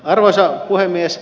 arvoisa puhemies